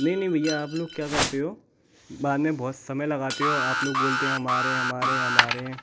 नहीं नहीं भैया आप लोग क्या करते हो बाद में बहुत समय लगते हो आप लोग बोलते हैं हम आ रहे हैं हम आ रहे हैं हम आ रहे हैं